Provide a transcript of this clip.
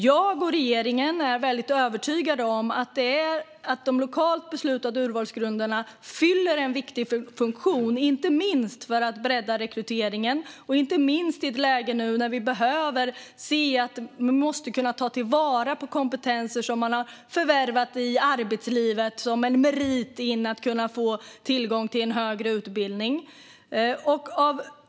Jag och regeringen är övertygade om att de lokalt beslutade urvalsgrunderna fyller en viktig funktion, inte minst för att bredda rekryteringen och i ett läge då vi behöver ta till vara kompetenser som människor har förvärvat i arbetslivet som en merit för att de ska få tillgång till högre utbildning.